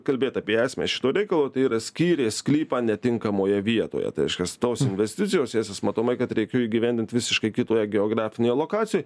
kalbėt apie esmę šito reikalo tai yra skyrė sklypą netinkamoje vietoje reiškias tos investicijos jąsias matomai kad reikėjo įgyvendint visiškai kitoje geografinėje lokacijoj